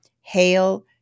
Hail